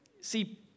See